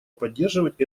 поддерживать